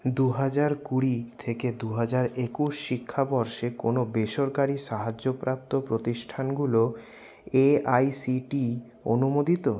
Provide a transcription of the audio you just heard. দুহাজার কুঁড়ি দুহাজার একুশ শিক্ষাবর্ষে কোন বেসরকারি সাহায্যপ্রাপ্ত প্রতিষ্ঠানগুলো এআইসিটিই অনুমোদিত